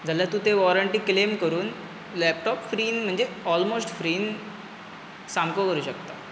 जाल्यार तूं ते वॉरंटी क्लेम करून लॅपटॉप फ्रीन म्हणजे ऑलमोस्ट फ्रीन सामको करूंक शकता